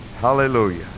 hallelujah